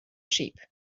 sheep